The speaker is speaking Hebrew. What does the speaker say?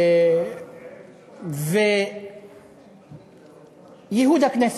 וייהוד הכנסת.